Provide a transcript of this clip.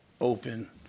open